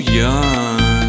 young